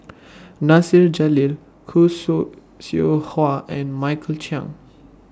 Nasir Jalil Khoo Su Seow Hwa and Michael Chiang